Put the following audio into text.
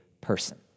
person